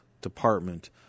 department –